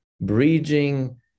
bridging